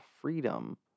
freedom